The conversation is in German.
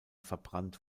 verbrannt